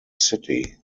city